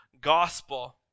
gospel